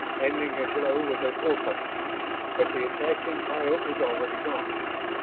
aiming a blow with a forepaw but the attacking coyote was already gone.